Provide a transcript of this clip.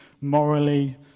morally